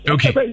Okay